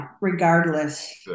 regardless